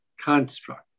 construct